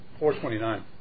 429